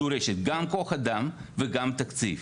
דורשת גם כוח אדם וגם תקציב.